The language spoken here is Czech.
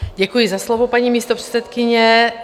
Děkuji za slovo, paní místopředsedkyně.